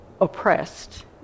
oppressed